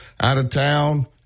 out-of-town